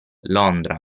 londra